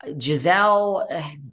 Giselle